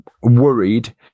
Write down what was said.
worried